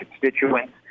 constituents